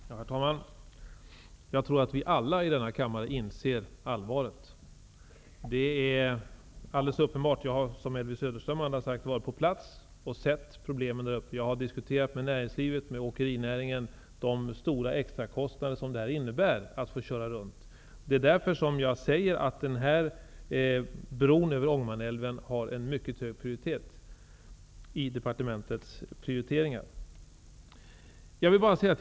Herr talman! Jag tror att vi alla i denna kammare inser det alldeles uppenbara allvaret. Som Elvy Söderström m.fl. sagt, har jag varit på plats och sett vilka problem som finns däruppe. Jag har diskuterat med näringslivet, med åkerinäringen, om de stora extrakostnader som det innebär att tvingas köra runt. Därför säger jag att bron över Ångermanälven har mycket hög prioritet bland de prioriteringar departementet har att göra.